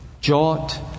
jot